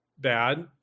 bad